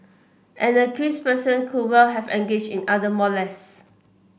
an accused person could well have engaged in other molest